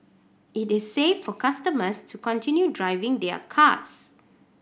it is safe for customers to continue driving their cars